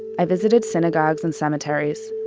i visited synagogues and cemeteries.